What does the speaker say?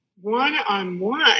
one-on-one